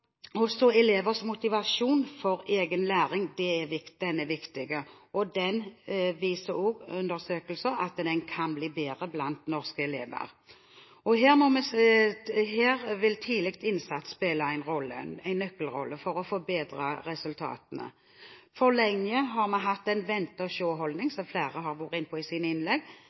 viser undersøkelser at den kan bli bedre blant norske elever. Her vil tidlig innsats spille en nøkkelrolle for å få bedret resultatene. For lenge har en vente-og-se-holdning, som flere har vært inne på i sine innlegg,